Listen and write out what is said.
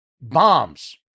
bombs